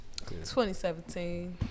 2017